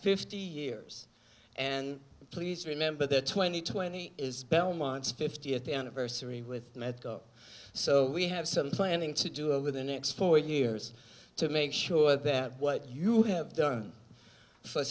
fifty years and please remember the twenty twenty is belmont spiffed year the anniversary with medco so we have some planning to do over the next four years to make sure that what you have done for